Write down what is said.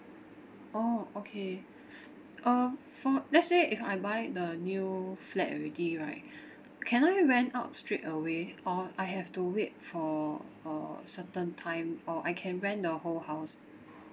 orh okay uh for let's say if I buy the new room flat already right can I rent out straight away or I have to wait for a certain time or I can rent the whole house